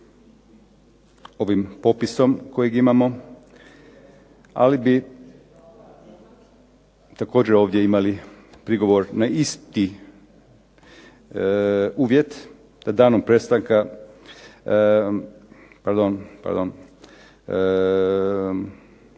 ovim popisom kojeg imamo, ali bi također ovdje imali prigovor na isti uvjet da danom prestanka, pardon